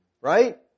Right